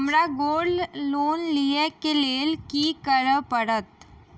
हमरा gold loan लिय केँ लेल की करऽ पड़त?